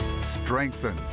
strengthen